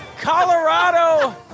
Colorado